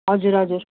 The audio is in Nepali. हजुर हजुर